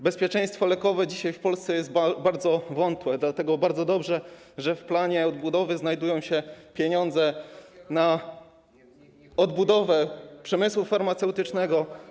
Bezpieczeństwo lekowe dzisiaj w Polsce jest bardzo wątłe, dlatego bardzo dobrze, że w planie odbudowy znajdują się pieniądze na odbudowę przemysłu farmaceutycznego.